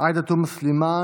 עאידה תומא סלימאן,